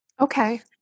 Okay